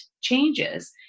changes